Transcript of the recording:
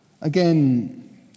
Again